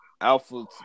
Alpha